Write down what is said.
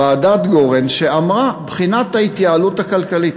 ועדת גורן, שאמרה: בחינת ההתייעלות הכלכלית.